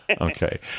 Okay